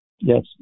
Yes